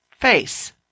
Face